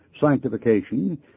sanctification